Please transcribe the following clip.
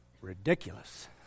ridiculous